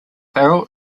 barrel